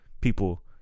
people